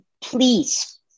Please